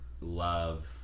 love